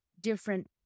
different